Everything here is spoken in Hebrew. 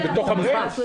זה בתוך המפעל?